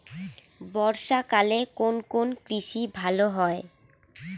বর্ষা কালে কোন কোন কৃষি ভালো হয়?